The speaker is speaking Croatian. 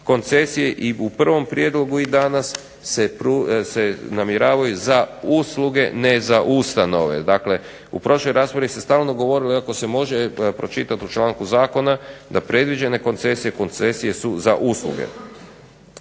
koncesije i u prvom prijedlogu i danas se namjeravaju za usluge ne za ustanove. Dakle, u prošloj raspravi se stalno govorilo, iako se može pročitat u članku zakona, da predviđene koncesije koncesije su za usluge.